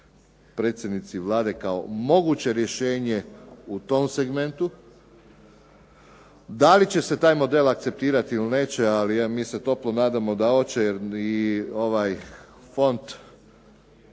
predsjednici Vlade kao moguće rješenje u tom segmentu. Da li će se taj model akceptirati ili neće, mi se toplo nadamo da hoće i ovaj Fond